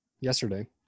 yesterday